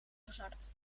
gezakt